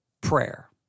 prayer